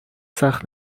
سخت